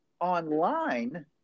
online